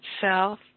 self